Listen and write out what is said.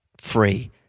free